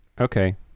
okay